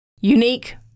Unique